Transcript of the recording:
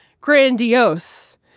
grandiose